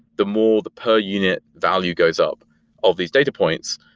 the more the per unit value goes up of these data points.